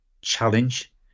challenge